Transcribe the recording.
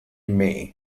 may